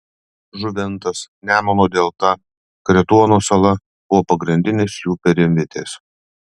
žuvintas nemuno delta kretuono sala buvo pagrindinės jų perimvietės